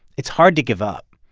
it's hard to give up.